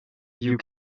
you